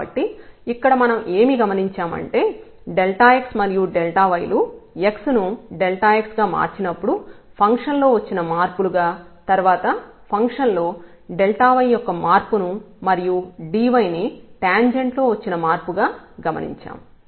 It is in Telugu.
కాబట్టి ఇక్కడ మనం ఏం గమనించా మంటే x మరియు y లు x ను x గా మార్చినప్పుడు ఫంక్షన్ లో వచ్చిన మార్పు లుగా తర్వాత ఫంక్షన్ లో y యొక్క మార్పును మరియు dy ని టాంజెంట్ లో వచ్చిన మార్పుగా గమనించాము